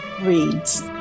reads